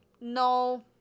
no